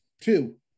Two